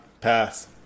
pass